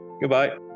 Goodbye